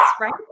right